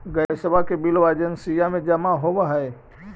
गैसवा के बिलवा एजेंसिया मे जमा होव है?